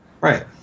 right